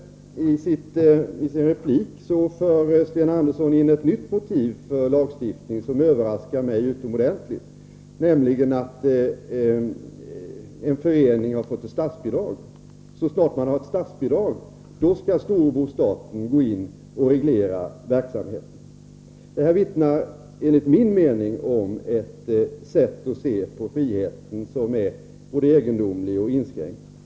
I sin replik för Sten Andersson in ett nytt motiv för lagstiftning, som överraskar mig utomordentligt mycket, nämligen att det rör föreningar som får statsbidrag. Så snart man har fått statsbidrag skulle alltså storebror staten gå in och reglera verksamheten. Detta vittnar enligt min mening om ett sätt att se på friheten som är både egendomligt och inskränkt.